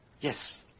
yes